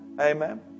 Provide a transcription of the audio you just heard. Amen